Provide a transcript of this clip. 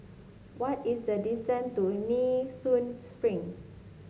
what is the distance to Nee Soon Spring